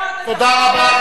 תודה רבה.